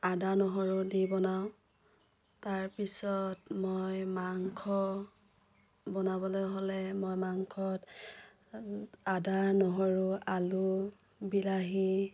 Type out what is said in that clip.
আদা নহৰু দি বনাওঁ তাৰপিছত মই মাংস বনাবলৈ হ'লে মই মাংসত আদা নহৰু আলু বিলাহী